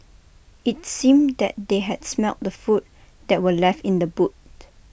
IT seemed that they had smelt the food that were left in the boot